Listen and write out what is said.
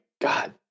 God